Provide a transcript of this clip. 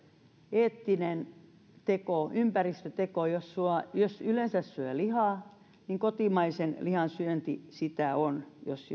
eettinen teko ympäristöteko jos yleensä syö lihaa niin kotimaisen lihan syönti sitä on jos